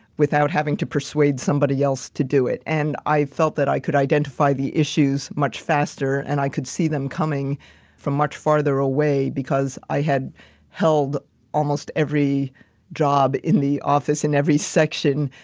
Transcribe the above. without having to persuade somebody else to do it. and i felt that i could identify the issues much faster and i could see them coming from much farther away because i had held almost every job in the office in every section.